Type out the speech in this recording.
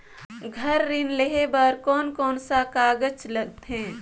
घर ऋण लेहे बार कोन कोन सा कागज लगथे?